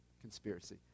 conspiracy